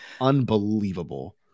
Unbelievable